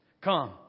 come